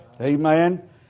Amen